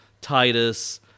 Titus